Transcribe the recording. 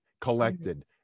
collected